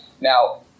Now